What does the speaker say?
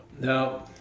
no